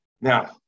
Now